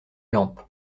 lampe